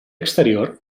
exterior